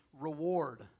reward